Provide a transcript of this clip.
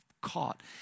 caught